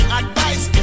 advice